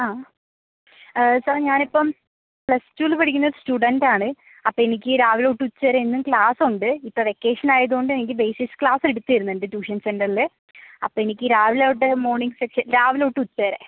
ആ സാറെ ഞാനിപ്പം പ്ലസ്ടൂവില് പഠിക്കുന്ന ഒര് സ്റ്റുഡൻറ്റാണ് അപ്പം എനിക്ക് രാവിലെത്തൊട്ട് ഉച്ച വരെ എന്നും ക്ലാസ്സുണ്ട് ഇപ്പം വെക്കേഷനായതുകൊണ്ട് എനിക്ക് ബേസിസ് ക്ലാസ് എടുത്ത് തരുന്നുണ്ട് ട്യൂഷൻ സെൻറ്ററില് അപ്പം എനിക്ക് രാവിലെത്തൊട്ട് മോണിങ് സെക്ഷൻ രാവിലെത്തൊട്ട് ഉച്ച വരെ